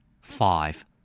Five